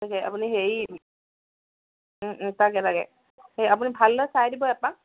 তাকে আপুনি হেৰি তাকে তাকে সেই আপুনি ভালদৰে চাই দিব এপাক